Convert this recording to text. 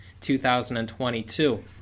2022